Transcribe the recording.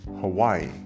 Hawaii